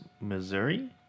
Missouri